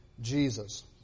jesus